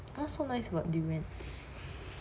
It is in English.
what's so nice about durian